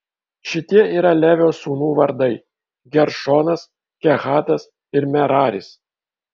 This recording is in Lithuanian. šitie yra levio sūnų vardai geršonas kehatas ir meraris